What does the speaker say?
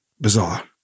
Bizarre